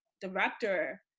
director